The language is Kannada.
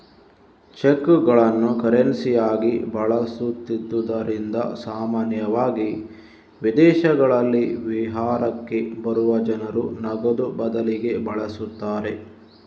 ಚೆಕ್ಗಳನ್ನು ಕರೆನ್ಸಿಯಾಗಿ ಬಳಸುತ್ತಿದ್ದುದರಿಂದ ಸಾಮಾನ್ಯವಾಗಿ ವಿದೇಶಗಳಲ್ಲಿ ವಿಹಾರಕ್ಕೆ ಬರುವ ಜನರು ನಗದು ಬದಲಿಗೆ ಬಳಸುತ್ತಾರೆ